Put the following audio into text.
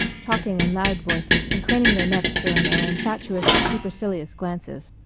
talking in loud voices and craning their necks here and there in fatuous supercilious glances.